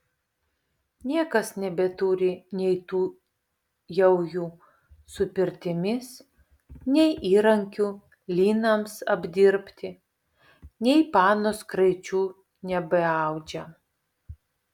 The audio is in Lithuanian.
niekas nebeturi nei tų jaujų su pirtimis nei įrankių linams apdirbti nei panos kraičių nebeaudžia